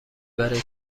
برای